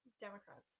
Democrats